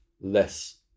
less